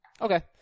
Okay